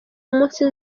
umunsi